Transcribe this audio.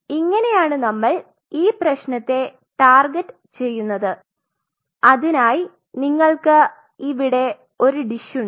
ഇങ്ങനെയാണ് നമ്മൾ ഈ പ്രേശ്നത്തെ ടാർഗറ്റ് ചെയുന്നത് അതിനായി നിങ്ങൾക് ഇവിടെ ഒരു ഡിഷ് ഉണ്ട്